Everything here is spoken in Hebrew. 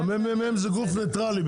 המ.מ.מ הוא גוף ניטרלי,